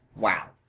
Wow